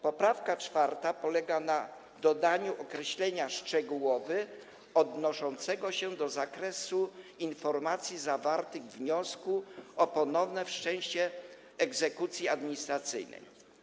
Poprawka 4. polega na dodaniu określenia „szczegółowy” odnoszącego się do zakresu informacji zawartych we wniosku o ponowne wszczęcie egzekucji administracyjnej.